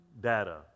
data